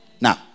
Now